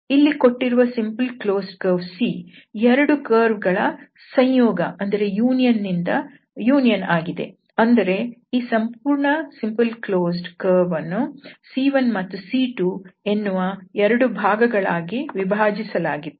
ಇಲ್ಲಿ ಕೊಟ್ಟಿರುವ simple closed curve C 2 curve ಗಳ ಸಂಯೋಗವಾಗಿದೆ ಎಂದರೆ ಈ ಸಂಪೂರ್ಣ ಸಿಂಪಲ್ ಕ್ಲೋಸ್ಡ್ ಕರ್ವ್ ಅನ್ನು C1 ಮತ್ತು C2 ಎನ್ನುವ 2 ಭಾಗಗಳಾಗಿ ವಿಭಾಜಿಸಲಾಗಿತ್ತು